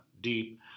deep